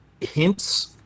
hints